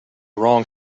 wrong